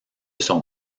son